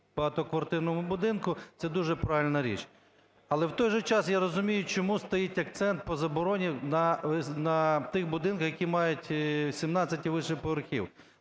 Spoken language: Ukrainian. багатоквартирному будинку – це дуже правильна річ. Але в той же час я розумію, чому стоїть акцент по забороні на тих будинках, які мають 17 і вище поверхів.